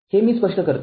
हे मी स्पष्ट करतो